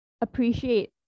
appreciate